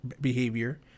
behavior